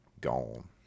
gone